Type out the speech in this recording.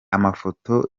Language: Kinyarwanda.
amafoto